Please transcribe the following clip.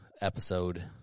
episode